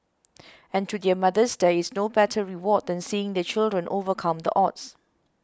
and to their mothers there is no better reward than seeing their children overcome the odds